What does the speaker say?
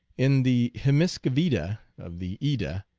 in the hymiskvida of the edda,